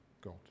God